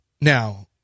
now